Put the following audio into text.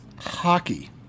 hockey